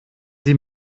sie